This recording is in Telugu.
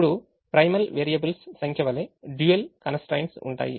ఇప్పుడు ప్రైమల్ వేరియబుల్స్ సంఖ్య వలె dual కన్స్ ట్రైన్ట్స్ ఉంటాయి